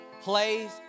plays